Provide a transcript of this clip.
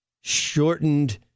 shortened